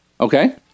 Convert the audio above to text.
Okay